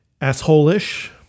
asshole-ish